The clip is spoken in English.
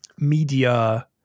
Media